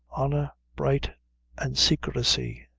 honor bright and saicresy.